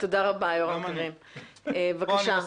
תודה